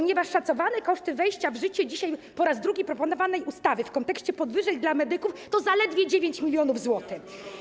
Dlatego że szacowane koszty wejścia w życie dzisiaj po raz drugi proponowanej ustawy w kontekście podwyżek dla medyków to zaledwie 9 mln zł.